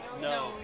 no